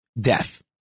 death